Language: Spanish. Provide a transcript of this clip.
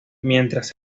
mientras